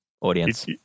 audience